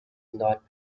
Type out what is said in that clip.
not